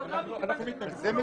אנחנו מתנגדים.